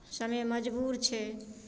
समय मजबूर छै